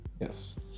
Yes